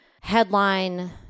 headline